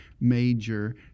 major